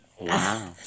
Wow